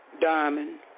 Diamond